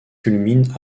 culmine